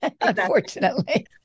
Unfortunately